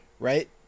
Right